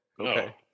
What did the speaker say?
Okay